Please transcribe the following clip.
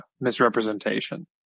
misrepresentation